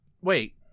Wait